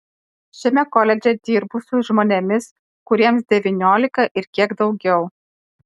šiame koledže dirbu su žmonėmis kuriems devyniolika ir kiek daugiau